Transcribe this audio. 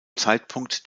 zeitpunkt